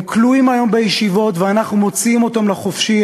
הם כלואים היום בישיבות ואנחנו מוציאים אותם לחופשי.